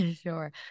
Sure